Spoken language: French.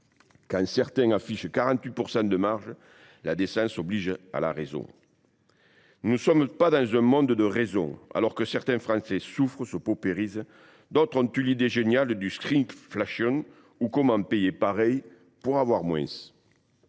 Quand certains affichent 48 % de marges, la décence oblige à la raison. Or nous ne sommes pas dans un monde de raison. Alors que certains Français souffrent, se paupérisent, d’autres ont eu l’idée géniale de la, ou comment payer le même prix pour avoir moins !